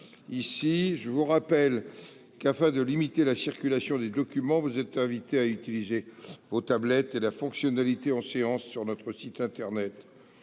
chers collègues, afin de limiter la circulation de documents, vous êtes invités à utiliser vos tablettes et la fonctionnalité « En séance » sur notre site internet